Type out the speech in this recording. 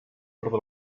ordre